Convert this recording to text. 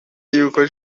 y’uko